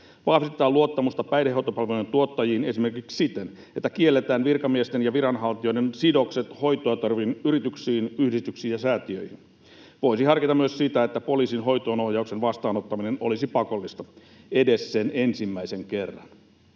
Vahvistetaan luottamusta päihdehoitopalvelujen tuottajiin esimerkiksi siten, että kielletään virkamiesten ja viranhaltijoiden sidokset hoitoa tarjoaviin yrityksiin, yhdistyksiin ja säätiöihin. Voisi harkita myös sitä, että poliisin hoitoonohjauksen vastaanottaminen olisi pakollista — edes sen ensimmäisen kerran.